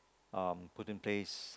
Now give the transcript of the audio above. um put in place